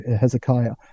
hezekiah